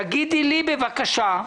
תגידי לי בבקשה,